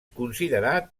considerat